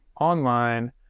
online